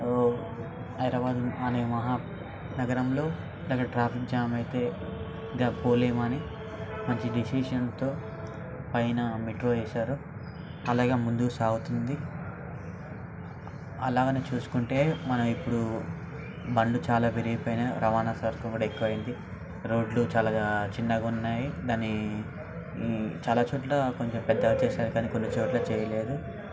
హైదరాబాదు అనే మహా నగరంలో ఇలాగ ట్రాఫిక్ జామ్ అయితే ఇంకా పోలేము అని మంచి డెసిషన్తో పైన మెట్రో వేశారు అలాగే ముందుకు సాగుతుంది అలాగని చూసుకుంటే మనం ఇప్పుడు బండ్లు చాలా పెరిగిపోయినాయి రవాణా శాఖ కూడా ఎక్కువైంది రోడ్లు చాలాగా చిన్నగా ఉన్నాయి దాని చాలా చోట్ల కొంచెం పెద్దగా చేశారు కానీ కొన్ని చోట్ల చేయలేదు